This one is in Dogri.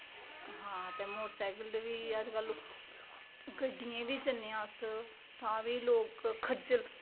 हां ते मोटर सैकल बी अजकल गड्डियें बी जन्ने आं अस तां बी लोग खज्जल